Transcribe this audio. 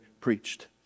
preached